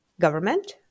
government